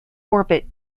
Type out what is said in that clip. orbit